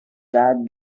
god